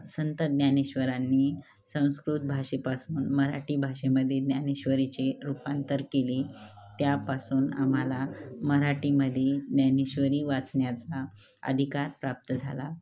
संत ज्ञानेश्वरांनी संस्कृत भाषेपासून मराठी भाषेमध्ये ज्ञानेश्वरीचे रूपांतर केली त्यापासून आम्हाला मराठीमध्ये ज्ञानेश्वरी वाचण्याचा अधिकार प्राप्त झाला